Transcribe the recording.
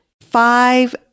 five